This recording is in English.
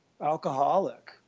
alcoholic